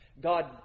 God